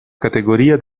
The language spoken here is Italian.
categoria